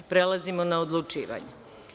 Prelazimo na odlučivanje.